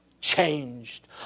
changed